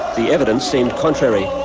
the evidence seemed contrary.